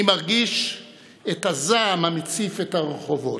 אני מרגיש את הזעם המציף את הרחובות.